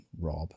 Rob